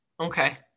okay